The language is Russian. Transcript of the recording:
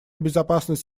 безопасность